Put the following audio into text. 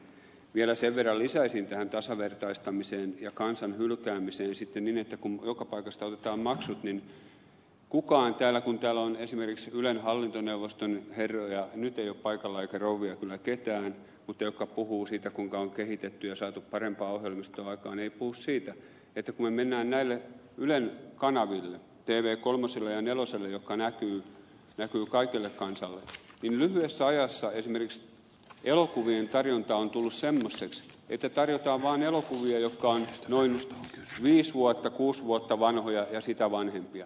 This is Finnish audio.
vielä sen verran lisäisin tähän tasavertaistamiseen ja kansan hylkäämiseen sen että kun joka paikasta otetaan maksut niin kukaan täällä kun täällä on esimerkiksi ylen hallintoneuvoston herroja nyt ei ole paikalla eikä rouvia kyllä ketään jotka puhuvat siitä kuinka on kehitetty ja saatu parempaa ohjelmistoa aikaan ei puhu siitä että kun me menemme näille ylen kanaville tv kolmoselle neloselle jotka näkyvät kaikelle kansalle niin lyhyessä ajassa esimerkiksi elokuvien tarjonta on tullut semmoiseksi että tarjotaan vaan elokuvia jotka ovat noin viisi kuusi vuotta vanhoja ja sitä vanhempia